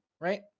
right